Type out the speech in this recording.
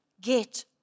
get